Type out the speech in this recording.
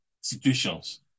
situations